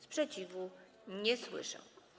Sprzeciwu nie słyszę.